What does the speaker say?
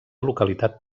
localitat